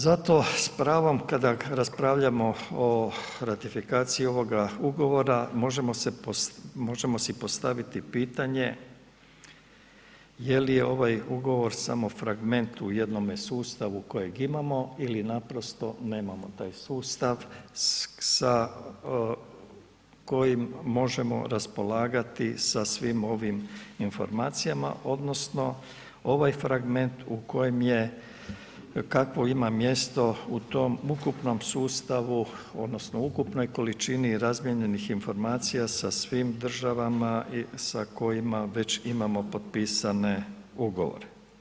Zato s pravom, kada raspravljamo o ratifikaciji ovoga ugovora, možemo si postaviti pitanje je li je ovaj ugovor samo fragment u jednome sustavu kojeg imamo ili naprosto nemamo taj sustav sa kojim možemo raspolagati sa svim ovim informacijama odnosno ovaj fragment u kojem je kakvo ima mjesto u tom ukupnom sustavu odnosno ukupnoj količini razmijenjenih informacijama sa svim državama i sa kojima već imamo potpisane ugovore.